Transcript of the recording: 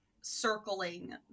circling